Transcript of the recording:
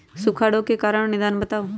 सूखा रोग के कारण और निदान बताऊ?